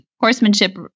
Horsemanship